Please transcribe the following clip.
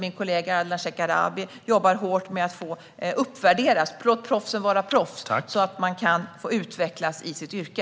Min kollega Ardalan Shekarabi jobbar hårt med att få dessa yrken uppvärderade - låt proffsen vara proffs - så att man kan få utvecklas i sitt yrke.